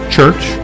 church